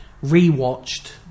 re-watched